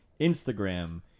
Instagram